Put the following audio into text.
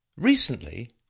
recently